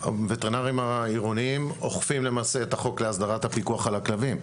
הווטרינרים העירוניים אוכפים למעשה את החוק להסדרת הפיקוח על הכלבים.